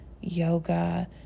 yoga